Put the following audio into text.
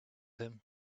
him